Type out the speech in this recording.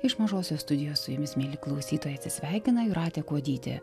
iš mažosios studijos su jumis mieli klausytojai atsisveikina jūratė kuodytė